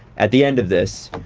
at the end of this.